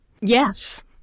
Yes